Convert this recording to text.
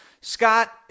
Scott